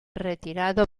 retirado